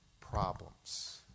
problems